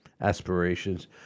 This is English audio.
aspirations